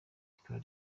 rikaba